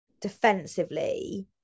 defensively